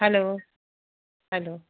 hello hello